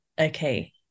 okay